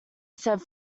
said